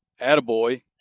attaboy